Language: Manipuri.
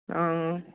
ꯑꯣ